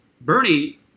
Bernie